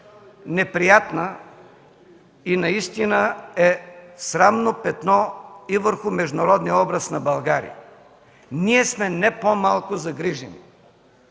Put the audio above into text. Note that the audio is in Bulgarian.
неприятна и наистина е срамно петно и върху международния образ на България. Ние сме не по-малко загрижени.